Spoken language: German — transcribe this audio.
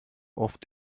oft